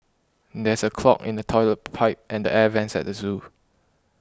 there is a clog in the Toilet Pipe and the Air Vents at the zoo